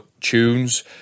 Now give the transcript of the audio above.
Tunes